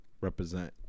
represent